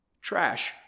Trash